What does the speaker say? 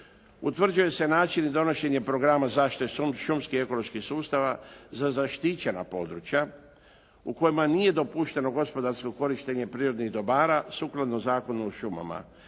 Utvrđuje se način i donošenje Programa zaštite šumskih ekoloških sustava za zaštićena područja u kojima nije dopušteno gospodarsko korištenje prirodnih dobara sukladno Zakonu o šumama.